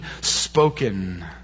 spoken